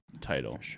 title